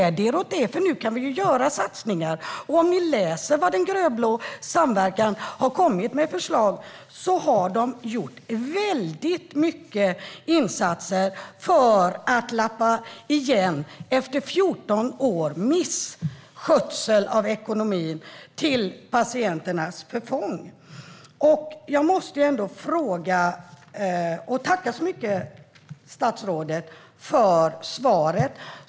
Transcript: Nu kan vi ju göra satsningar. Och om ni läser vilka förslag den grönblå samverkan har lagt fram kan ni se att det har gjorts många insatser för att lappa igen efter 14 år av misskötsel av ekonomin till patienternas förfång. Jag måste ändå tacka statsrådet för svaret.